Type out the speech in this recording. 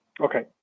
okay